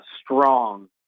strong